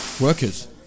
workers